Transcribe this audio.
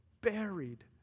buried